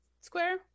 square